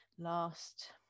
last